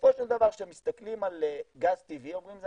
בסופו של דבר כשמסתכלים על גז טבעי אומרים שזה